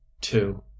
two